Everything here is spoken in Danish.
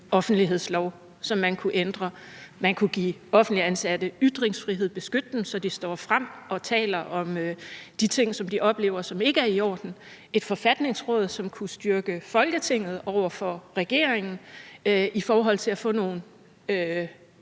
offentlighedsloven? Og man kunne give offentligt ansatte ytringsfrihed og beskytte dem, så de står frem og taler om de ting, som de oplever, og som ikke er i orden. Man kunne have et forfatningsråd, som kunne styrke Folketinget over for regeringen i forhold til at få nogle